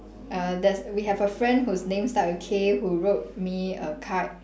err there's we have a friend who's name start with K who wrote me a card